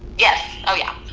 yes, oh yeah.